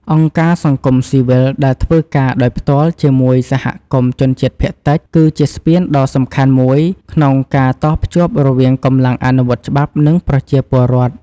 អង្គការសង្គមស៊ីវិលដែលធ្វើការដោយផ្ទាល់ជាមួយសហគមន៍ជនជាតិភាគតិច គឺជាស្ពានដ៏សំខាន់មួយក្នុងការតភ្ជាប់រវាងកម្លាំងអនុវត្តច្បាប់ និងប្រជាពលរដ្ឋ។